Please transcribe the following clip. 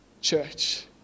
Church